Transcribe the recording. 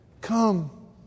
Come